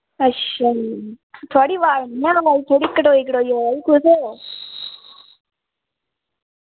अच्छा जी थोआड़ी अवाज नी ऐ आवा दी थोह्ड़ी कटोई कटोई आवा दी कुत्थे ओ